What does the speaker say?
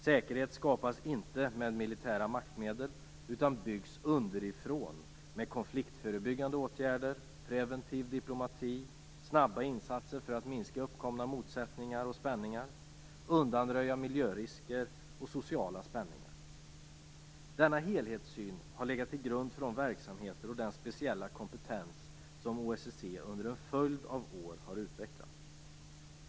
Säkerhet skapas inte med militära maktmedel utan byggs underifrån med konfliktförebyggande åtgärder, preventiv diplomati och snabba insatser för att minska uppkomna motsättningar och spänningar och undanröja miljörisker och sociala spänningar. Denna helhetssyn har legat till grund för de verksamheter och den speciella kompetens som OSSE under en följd av år har utvecklat.